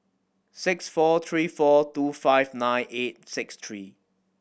five four three four two five nine eight six three